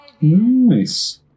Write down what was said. Nice